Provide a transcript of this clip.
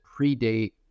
predate